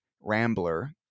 Rambler